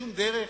בשום דרך?